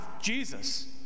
Jesus